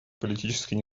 политической